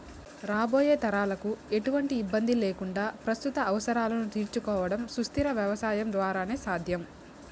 రాబోయే తరాలకు ఎటువంటి ఇబ్బంది లేకుండా ప్రస్తుత అవసరాలను తీర్చుకోవడం సుస్థిర వ్యవసాయం ద్వారానే సాధ్యం